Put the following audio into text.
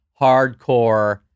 hardcore